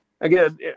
again